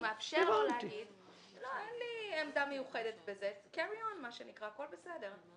הוא מאפשר לו לומר שאין לו עמדה מיוחדת בזה והכול בסדר.